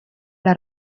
alla